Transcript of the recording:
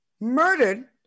murdered